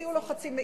הוציאו לו חצי מעי,